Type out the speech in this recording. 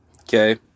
okay